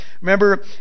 Remember